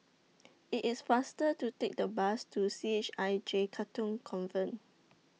IT IS faster to Take The Bus to C H I J Katong Convent